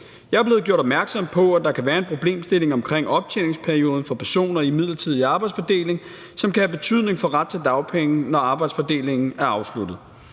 Jeg er blevet gjort opmærksom på, at der kan være en problemstilling omkring optjeningsperioden for personer i en midlertidig arbejdsfordeling, som kan have betydning for retten til dagpenge, når arbejdsfordelingen er afsluttet.